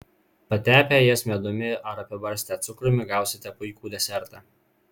patepę jas medumi ar apibarstę cukrumi gausite puikų desertą